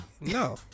No